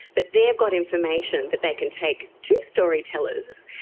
but they have got information that they can take to storytellers.